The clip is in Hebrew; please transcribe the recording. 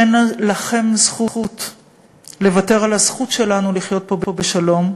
אין לכם זכות לוותר על הזכות שלנו לחיות פה בשלום,